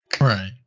right